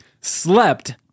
slept